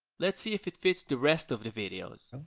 let's see if it fits the rest of the videos.